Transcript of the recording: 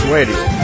Radio